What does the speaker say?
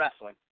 wrestling